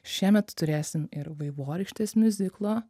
šiemet turėsim ir vaivorykštės miuziklo